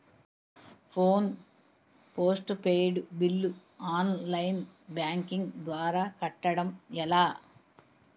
Phone postpaid bill online banking ద్వారా కట్టడం ఎలా?